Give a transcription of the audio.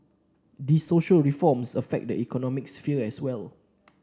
these social reforms affect the economic sphere as well